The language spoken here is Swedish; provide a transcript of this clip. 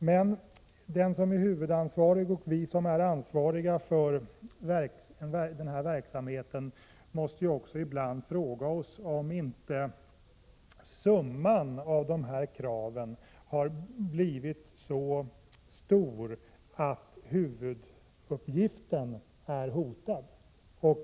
Men den som är huvudansvarig — och även vi som är ansvariga för denna verksamhet — måste ibland fråga sig om inte summan av dessa krav har blivit så stor att huvuduppgiften är hotad.